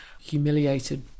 humiliated